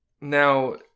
now